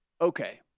okay